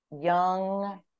young